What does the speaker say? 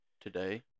today